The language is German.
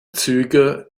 züge